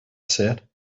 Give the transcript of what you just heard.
said